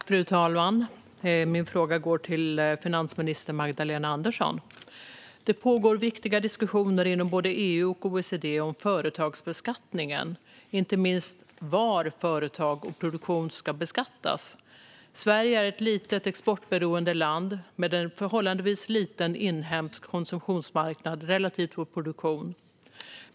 Fru talman! Min fråga går till finansminister Magdalena Andersson. Det pågår viktiga diskussioner inom både EU och OECD om företagsbeskattningen, inte minst om var företag och produktion ska beskattas. Sverige är ett litet, exportberoende land med en förhållandevis liten inhemsk konsumtionsmarknad relativt vår produktion.